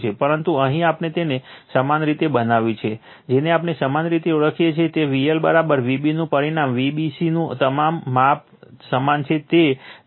પરંતુ અહીં આપણે તેને સમાન રીતે બનાવ્યું છે જેને આપણે સમાન રીતે ઓળખીએ છીએ V L Vb નું પરિમાણ Vbc નું તમામ માપ સમાન છે તે બેલેન્સ છે